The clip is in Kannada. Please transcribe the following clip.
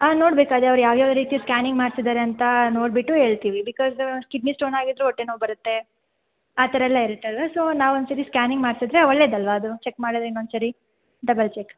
ಆಂ ನೋಡ್ಬೇಕು ಅದೇ ಅವ್ರು ಯಾವ ಯಾವ ರೀತಿ ಸ್ಕ್ಯಾನಿಂಗ್ ಮಾಡ್ಸಿದ್ದಾರೆ ಅಂತ ನೋಡಿಬಿಟ್ಟು ಹೇಳ್ತೀವಿ ಬಿಕಾಸ್ ಕಿಡ್ನಿ ಸ್ಟೋನಾಗಿದ್ರೂ ಹೊಟ್ಟೆನೋವು ಬರುತ್ತೆ ಆ ಥರ ಎಲ್ಲ ಇರುತ್ತಲ್ಲವಾ ಸೊ ನಾವು ಒಂದು ಸಾರಿ ಸ್ಕ್ಯಾನಿಂಗ್ ಮಾಡಿಸಿದ್ರೆ ಒಳ್ಳೆಯದಲ್ವಾ ಅದು ಚೆಕ್ ಮಾಡೋದ್ ಇನ್ನೊಂದು ಸಾರಿ ಡಬಲ್ ಚೆಕ್